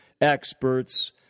experts